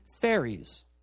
fairies